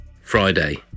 Friday